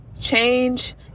change